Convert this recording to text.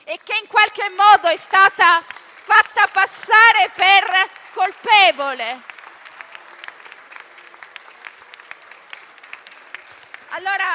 e che in qualche modo è stata fatta passare per colpevole.